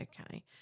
Okay